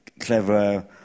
clever